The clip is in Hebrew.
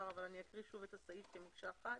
אבל אני אקריא שוב את הסעיף כמקשה אחת.